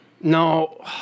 No